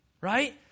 right